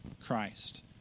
Christ